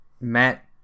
matt